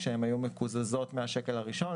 כשהן היו מקוזזות מן השקל הראשון,